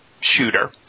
shooter